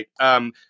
Right